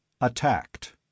ATTACKED